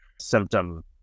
symptom